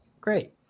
Great